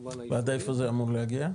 ועד איפה זה אמור להגיע?